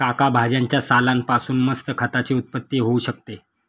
काका भाज्यांच्या सालान पासून मस्त खताची उत्पत्ती होऊ शकते